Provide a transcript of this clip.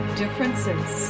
differences